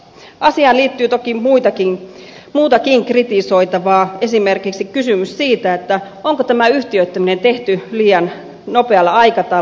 asiaan liittyy toki muutakin kritisoitavaa esimerkiksi kysymys siitä onko tämä yhtiöittäminen tehty liian nopealla aikataululla